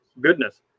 goodness